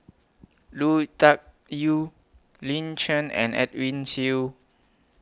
Lui Tuck Yew Lin Chen and Edwin Siew